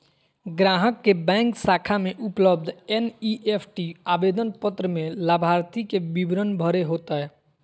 ग्राहक के बैंक शाखा में उपलब्ध एन.ई.एफ.टी आवेदन पत्र में लाभार्थी के विवरण भरे होतय